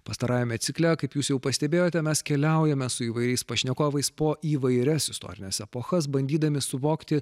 pastarajame cikle kaip jūs jau pastebėjote mes keliaujame su įvairiais pašnekovais po įvairias istorines epochas bandydami suvokti